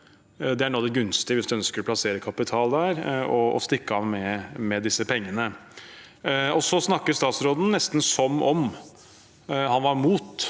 Det er noe av det gunstige hvis en ønsker å plassere kapital der og stikke av med disse pengene. Statsråden snakker nesten som om han var mot